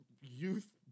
youth